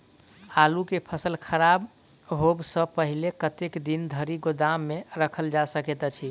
आलु केँ फसल खराब होब सऽ पहिने कतेक दिन धरि गोदाम मे राखल जा सकैत अछि?